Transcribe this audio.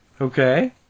Okay